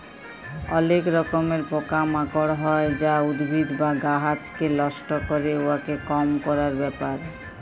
অলেক রকমের পকা মাকড় হ্যয় যা উদ্ভিদ বা গাহাচকে লষ্ট ক্যরে, উয়াকে কম ক্যরার ব্যাপার